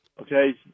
okay